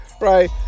Right